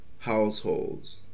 households